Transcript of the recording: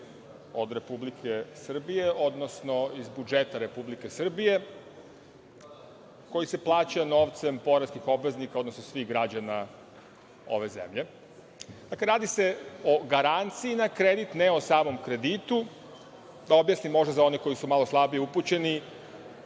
od Republike Srbije, odnosno iz budžeta Republike Srbije, koji se plaća novcem poreskih obveznika, odnosno svih građana ove zemlje. Dakle, radi se o garanciji na kredit, ne o samom kredit. Da objasnim za one koji su možda slabije upućeni,